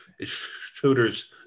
shooters